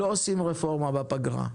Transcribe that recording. לא עושים רפורמה בפגרה,